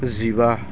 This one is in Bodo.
जिबा